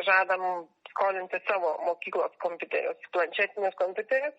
žada mum skolinti savo mokyklos kompiuterius planšetinius kompiuterius